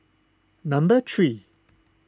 number three